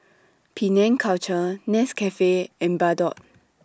Penang Culture Nescafe and Bardot